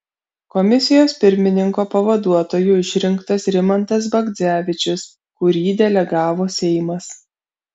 komisijos pirmininko pavaduotoju išrinktas rimantas bagdzevičius kurį delegavo seimas